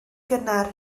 gynnar